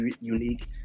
unique